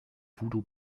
voodoo